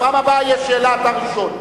בפעם הבאה תהיה שאלה, אתה ראשון.